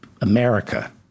America